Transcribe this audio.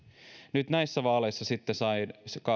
nyt näissä vaaleissa sitten sain